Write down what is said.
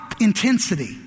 Intensity